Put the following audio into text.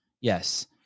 Yes